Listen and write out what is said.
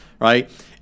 right